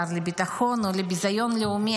השר לביטחון או לביזיון לאומי,